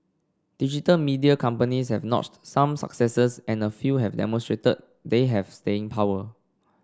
digital media companies have notched some successes and a few have demonstrated they have staying power